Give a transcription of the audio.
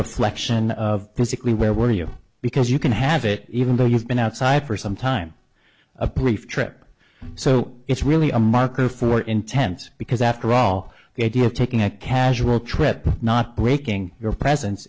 reflection of physically where were you because you can have it even though you've been outside for some time a brief trip so it's really a marker for intense because after all the idea of taking a casual trip not breaking your presence